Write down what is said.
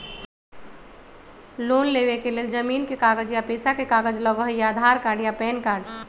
Loan लेवेके लेल जमीन के कागज या पेशा के कागज लगहई या आधार कार्ड या पेन कार्ड?